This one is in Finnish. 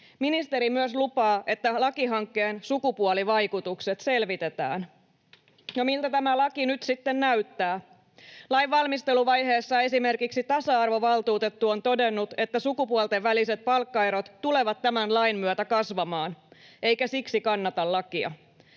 Ministeri myös lupaa, että lakihankkeen sukupuolivaikutukset selvitetään. Miltä tämä laki nyt sitten näyttää? Lainvalmisteluvaiheessa esimerkiksi tasa-arvovaltuutettu on todennut, että sukupuolten väliset palkkaerot tulevat tämän lain myötä kasvamaan, eikä siksi kannata lakia.